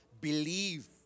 believe